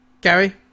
Gary